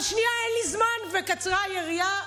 אבל שנייה, אין לי זמן, וקצרה היריעה.